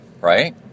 right